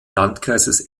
landkreises